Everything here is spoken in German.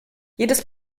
jedes